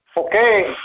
Okay